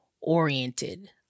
oriented